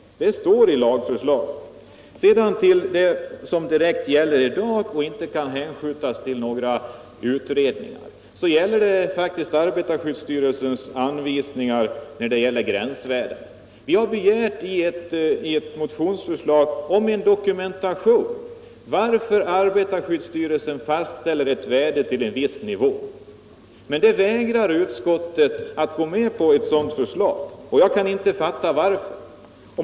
Något som dirckt gäller i dag och inte kan hänskjutas till några utredningar är arbetarskyddsstyrelsens anvisningar för gränsvärden. Vi har i en motion begärt en dokumentation över varför arbetarskyddsstyrelsen fastställer ett värde till en viss nivå. Men ett sådant förslag vägrar utskottet att gå med på. Jag kan inte fatta varför.